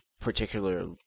particular